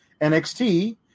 NXT